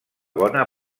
bona